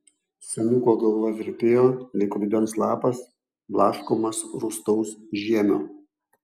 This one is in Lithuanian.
senuko galva virpėjo lyg rudens lapas blaškomas rūstaus žiemio